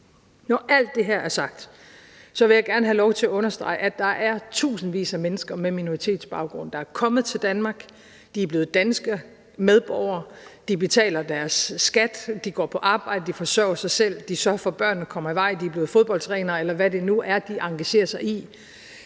Når alt det her er sagt, vil jeg gerne have lov til at understrege, at der er tusindvis af mennesker med minoritetsbaggrund, der er kommet til Danmark. De er blevet danske medborgere. De betaler deres skat. De går på arbejde, og de forsørger sig selv. De sørger for, at børnene kommer godt i vej. De er blevet fodboldtrænere, eller hvad det nu er, de engagerer sig i.